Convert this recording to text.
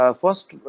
first